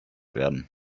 werden